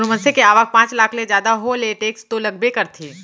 कोनो मनसे के आवक पॉच लाख ले जादा हो ले टेक्स तो लगबे करथे